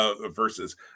versus